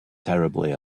terribly